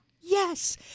yes